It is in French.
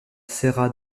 serra